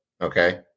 okay